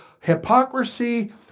hypocrisy